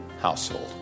household